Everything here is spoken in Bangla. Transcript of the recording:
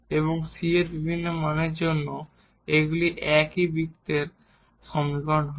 এবং c এর ভিন্ন ভিন্ন মানের জন্য এগুলি একই কেন্দ্রের বৃত্তের সমীকরণ হবে